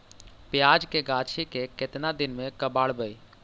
प्याज के गाछि के केतना दिन में कबाड़बै?